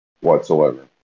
whatsoever